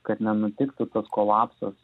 kad nenutiktų tas kolapsas